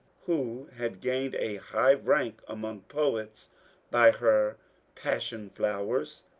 who had gained a high rank among poets by her passion flowers,